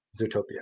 Zootopia